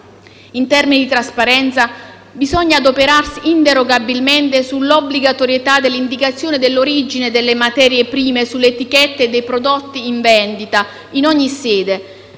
In termini di trasparenza bisogna adoperarsi inderogabilmente sull'obbligatorietà dell'indicazione dell'origine delle materie prime sulle etichette dei prodotti in vendita, in ogni sede;